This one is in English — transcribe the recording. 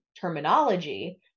terminology